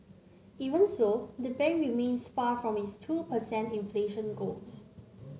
even so the bank remains far from its two per cent inflation goals